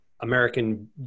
American